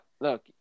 look